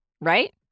Right